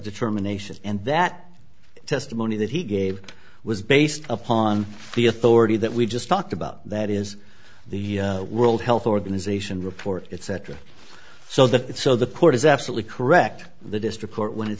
determination and that testimony that he gave was based upon the authority that we just talked about that is the world health organization report it cetera so that it so the port is absolutely correct the district court when it